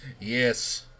Yes